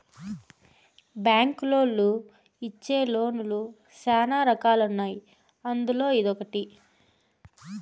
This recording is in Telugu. బ్యాంకులోళ్ళు ఇచ్చే లోన్ లు శ్యానా రకాలు ఉన్నాయి అందులో ఇదొకటి